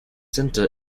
center